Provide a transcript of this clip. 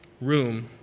room